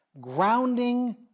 Grounding